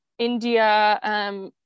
India